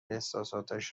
احساساتش